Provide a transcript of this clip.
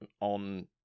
on